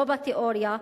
לא בתיאוריה,